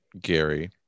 Gary